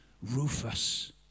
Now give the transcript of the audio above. Rufus